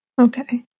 Okay